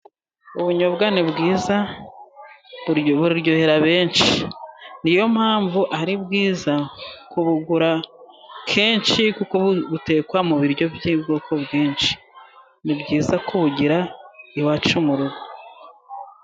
Ubunyobwa ni bwiza buryohera benshi, ni yo mpamvu ari bwiza kubugura kenshi, kuko butekwa mu biryo by'ubwoko bwinshi. Ni byiza kubugira iwacu mu rugo.